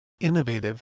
innovative